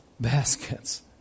baskets